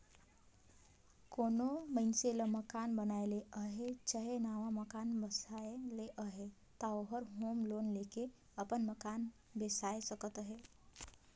कोनो मइनसे ल मकान बनाए ले अहे चहे नावा मकान बेसाए ले अहे ता ओहर होम लोन लेके अपन मकान बेसाए सकत अहे